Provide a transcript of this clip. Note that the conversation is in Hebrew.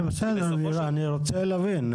אני רוצה להבין.